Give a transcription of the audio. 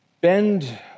bend